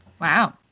Wow